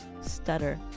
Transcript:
stutter